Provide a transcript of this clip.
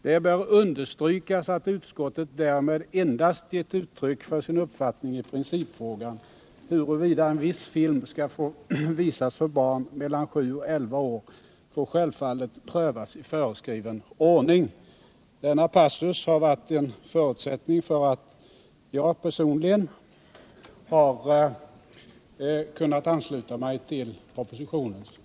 Det bör understrykas att utskottet därmed endast gett uttryck för sin uppfattning i principfrågan. Huruvida en viss film skall få visas för barn mellan 7 och 11 år får självfallet prövas i föreskriven ordning.” Denna passus har varit en förutsättning för att jag personligen har kunnat ansluta mig till propositionens förslag.